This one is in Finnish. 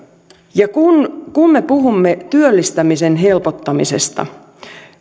kun kun me puhumme työllistämisen helpottamisesta